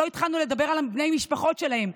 ולא התחלנו לדבר על בני המשפחות שלהם,